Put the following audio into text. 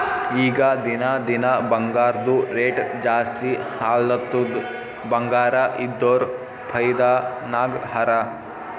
ಈಗ ದಿನಾ ದಿನಾ ಬಂಗಾರ್ದು ರೇಟ್ ಜಾಸ್ತಿ ಆಲತ್ತುದ್ ಬಂಗಾರ ಇದ್ದೋರ್ ಫೈದಾ ನಾಗ್ ಹರಾ